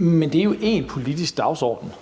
Fjerde næstformand